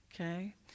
Okay